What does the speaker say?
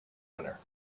owner